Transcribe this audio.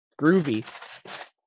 Groovy